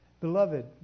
Beloved